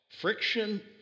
friction